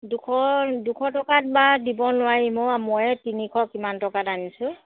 দুখ দুখ টকাত বা দিব নোৱাৰিম অ' মইয়ে তিনিশ কিমান টকাত আনিছো